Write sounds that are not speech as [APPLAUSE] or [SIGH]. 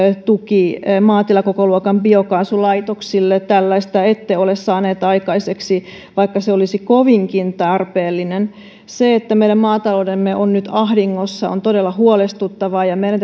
tuki maatilakokoluokan biokaasulaitoksille tällaista ette ole saaneet aikaiseksi vaikka se olisi kovinkin tarpeellinen se että meidän maataloutemme on nyt ahdingossa on todella huolestuttavaa ja meidän [UNINTELLIGIBLE]